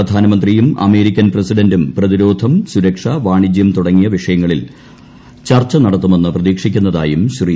പ്രധാനമന്ത്രിയും അമേരിക്കൻ പ്രസിഡന്റും പ്രതിരോധം സുരക്ഷ വാണിജ്യം തുടങ്ങിയ വിഷയങ്ങളിൽ ചർച്ച നടത്തുമെന്ന് പ്രതീക്ഷിക്കുന്നതായും ശ്രീ